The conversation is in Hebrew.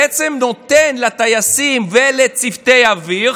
שנותן לטייסים ולצוותי אוויר,